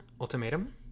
ultimatum